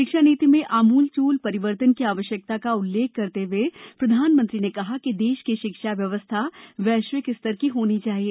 शिक्षा नीति में आमूलचूल परिवर्तन की आवश्यकता का उल्लेख करते हुए प्रधानमंत्री ने कहा कि देश की शिक्षा व्यवस्था वैश्विक स्तर की होनी चाहिए